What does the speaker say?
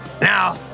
Now